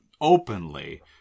openly